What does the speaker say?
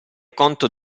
conto